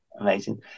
amazing